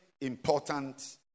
important